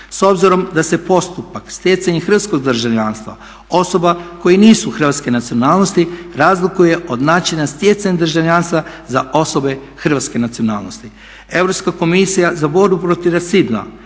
S obzirom da se postupak stjecanja hrvatskog državljanstva osoba koje nisu hrvatske nacionalnosti razlikuje od načina stjecanja državljanstva za osobe hrvatske nacionalnosti.